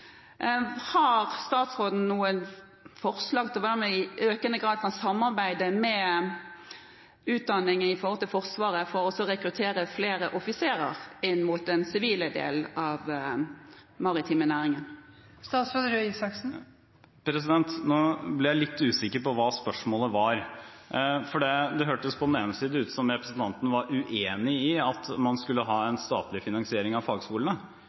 Har statsråden noen forslag til hvordan vi i økende grad kan samarbeide med Forsvaret om utdanning for å rekruttere flere offiserer til den sivile delen av den maritime næringen? Nå ble jeg litt usikker på hva spørsmålet var. Det hørtes på den ene side ut som representanten var uenig i at man skulle ha en statlig finansiering av fagskolene.